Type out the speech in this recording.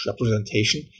representation